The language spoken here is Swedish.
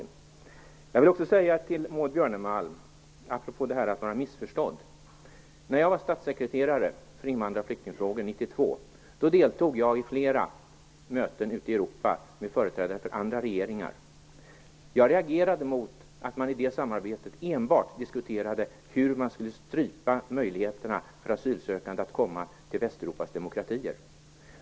Apropå detta med att vara missförstådd vill jag säga följande. 1992, då jag var statssekreterare för invandrar och flyktingfrågor, deltog jag i flera möten ute i Europa tillsammans med företrädare för andra regeringar. Jag reagerade mot att det i det samarbetet enbart diskuterades om hur man skulle strypa möjligheterna för asylsökande att komma till Västeuropas demokratier.